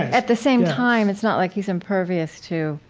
at the same time, it's not like he's impervious to,